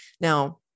Now